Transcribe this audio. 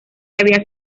había